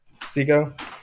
Zico